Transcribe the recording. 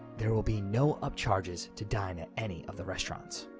there will be no up charges to dine at any of the restaurants.